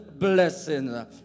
blessing